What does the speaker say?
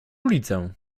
ulicę